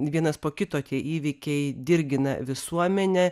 vienas po kito tie įvykiai dirgina visuomenę